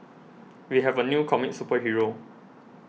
we have a new comic superhero